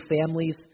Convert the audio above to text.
families